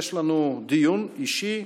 יש לנו דיון אישי.